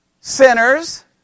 sinners